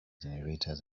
generators